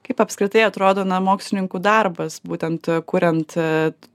kaip apskritai atrodo na mokslininkų darbas būtent kuriant